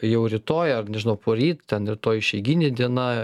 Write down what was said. jau rytoj ar nežinau poryt ten rytoj išeiginė diena